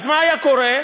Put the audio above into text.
מה היה קורה?